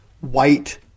White